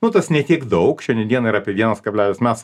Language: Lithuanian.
nu tas ne tiek daug šiandien dienai yra apie vienas kablelis mes